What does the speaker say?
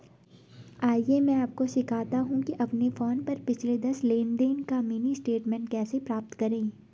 आइए मैं आपको सिखाता हूं कि अपने फोन पर पिछले दस लेनदेन का मिनी स्टेटमेंट कैसे प्राप्त करें